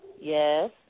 Yes